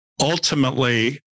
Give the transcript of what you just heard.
Ultimately